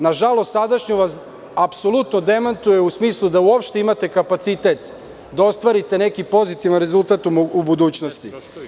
Nažalost, sadašnjost vas apsolutno demantuje u smislu da uopšte imate kapacitet da ostvarite neki pozitivan rezultat u budućnosti.